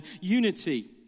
unity